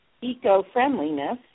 eco-friendliness